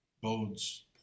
bodes